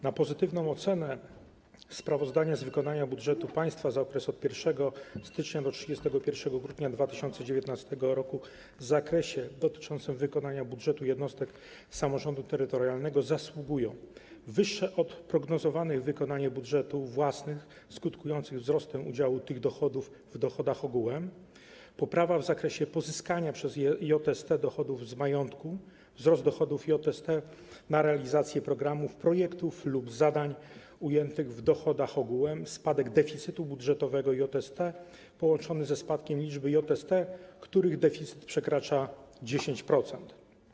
Na pozytywną ocenę sprawozdania z wykonania budżetu państwa za okres od 1 stycznie do 31 grudnia 2019 r. w zakresie dotyczącym wykonania budżetu jednostek samorządu terytorialnego zasługują: wyższe od prognozowanych wykonanie budżetów własnych skutkujące wzrostem udziału tych dochodów w dochodach ogółem, poprawa w zakresie pozyskania przez JST dochodów z majątku, wzrost dochodów JST na realizację programów, projektów lub zadań ujętych w dochodach ogółem, spadek deficytu budżetowego JST połączony ze spadkiem liczby JST, których deficyt przekracza 10%.